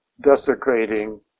desecrating